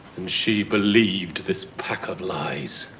and she believed this pack of lies.